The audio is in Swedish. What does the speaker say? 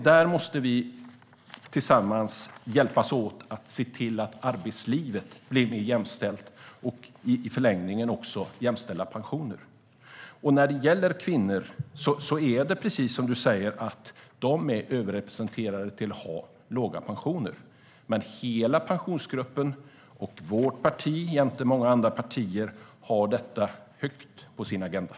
Där måste vi tillsammans hjälpas åt att se till att arbetslivet blir mer jämställt och i förlängningen också pensionerna blir mer jämställda. Precis som Karin Rågsjö säger är kvinnor mer överrepresenterade bland dem som har låga pensioner. Men hela Pensionsgruppen och vårt parti, tillsammans med andra partier, har denna fråga högt på agendan.